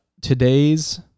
today's